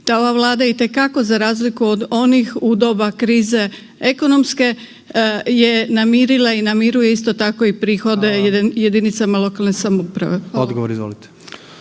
da ova Vlada itekako za razliku od onih u doba krize ekonomske je namirila i namiruje isto tako i prihode jedinicama lokalne samouprave. **Jandroković,